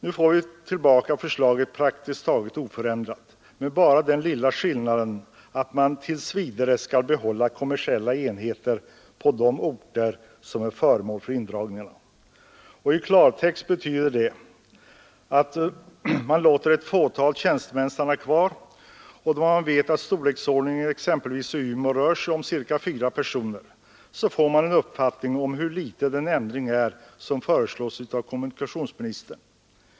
Nu får vi tillbaka förslaget praktiskt taget oförändrat med bara den lilla skillnaden att man tills vidare skall behålla kommersiella enheter på de orter som är föremål för indragningarna. I klartext betyder detta att man låter ett fåtal tjänstemän stanna kvar, och då man vet att storleksordningen exempelvis i Umeå rör sig om 4 personer, får man en uppfattning om hur liten den ändring är som föreslås av kommunikationsministern.